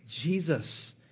Jesus